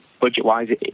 budget-wise